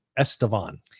Estevan